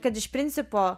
kad iš principo